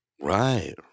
right